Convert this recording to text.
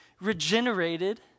regenerated